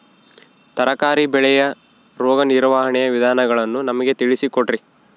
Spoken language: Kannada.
ತರಕಾರಿ ಬೆಳೆಯ ರೋಗ ನಿರ್ವಹಣೆಯ ವಿಧಾನಗಳನ್ನು ನಮಗೆ ತಿಳಿಸಿ ಕೊಡ್ರಿ?